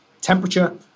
temperature